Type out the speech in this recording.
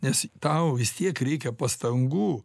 nes tau vis tiek reikia pastangų